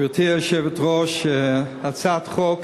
גברתי היושבת-ראש, הצעת חוק